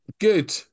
Good